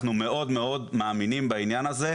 אנחנו מאוד מאוד מאמינים בעניין הזה.